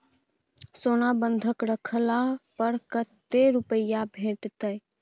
सोना बंधक रखला पर कत्ते रुपिया भेटतै?